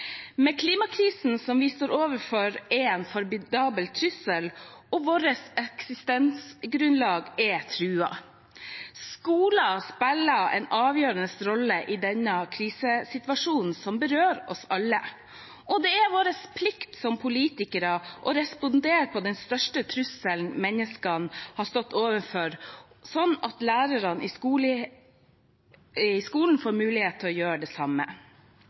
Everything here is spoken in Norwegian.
Klimakrisen vi står overfor, er en formidabel trussel, og vårt eksistensgrunnlag er truet. Skolen spiller en avgjørende rolle i denne krisesituasjonen, som berører oss alle, og det er vår plikt som politikere å respondere på den største trusselen menneskene har stått overfor, slik at lærerne i skolen får mulighet til å gjøre det samme.